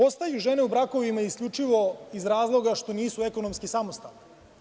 Ostaju žene u brakovima isključivo iz razloga što nisu ekonomski samostalne.